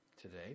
today